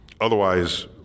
Otherwise